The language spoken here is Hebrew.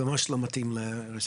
זה ממש לא מתאים לסיטואציות כאלה.